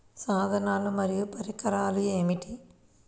సాధనాలు మరియు పరికరాలు ఏమిటీ?